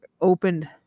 opened